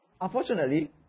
unfortunately